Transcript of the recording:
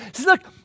look